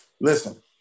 Listen